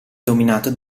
dominato